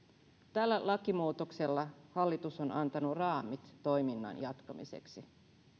tällä lakimuutoksella hallitus on antanut raamit toiminnan jatkamiseksi